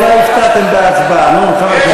אולי הפתעתם בהצבעה.